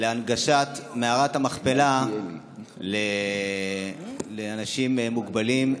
להנגשת מערת המכפלה לאנשים מוגבלים,